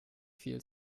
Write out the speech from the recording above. viel